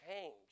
change